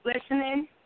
listening